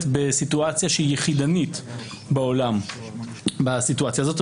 בסיטואציה שהיא יחידנית בעולם בסיטואציה הזאת.